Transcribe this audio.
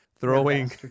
throwing